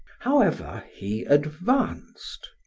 however, he advanced.